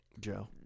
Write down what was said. Joe